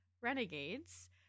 Renegades